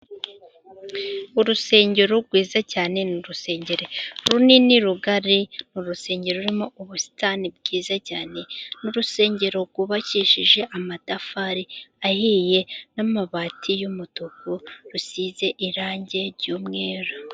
Urusengero rwiza cyane, ni urusengero runini rugari, n'urusengero rurimo ubusitani bwiza cyane, n'urusengero rwubakishije amatafari ahiye n'amabati y'umutuku, rusize irangi ry'umweru.